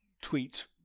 tweet